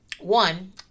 One